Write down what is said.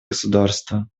государство